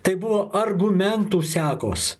tai buvo argumentų sekos